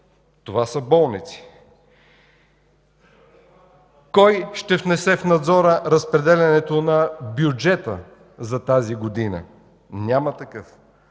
това са болници. Кой ще внесе в Надзора разпределянето на бюджета за тази година? Няма такъв!